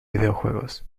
videojuegos